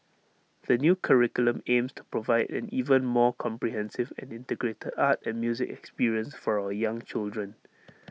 the new curriculum aims to provide an even more comprehensive and integrated art and music experience for our young children